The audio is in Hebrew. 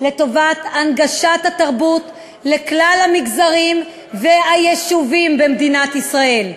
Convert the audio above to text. לטובת הנגשת התרבות לכלל המגזרים והיישובים במדינת ישראל.